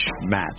match